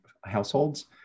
households